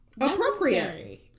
appropriate